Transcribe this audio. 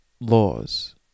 laws